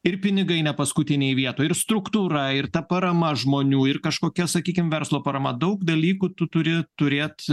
ir pinigai ne paskutinėj vietoj ir struktūra ir ta parama žmonių ir kažkokia sakykim verslo parama daug dalykų tu turi turėt